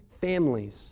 families